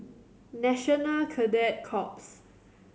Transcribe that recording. National Cadet Corps